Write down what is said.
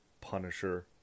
Punisher